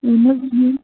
اۭں اۭں